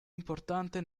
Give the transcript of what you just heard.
importante